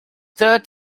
third